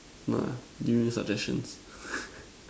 what ah giving you suggestions